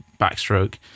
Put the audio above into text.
backstroke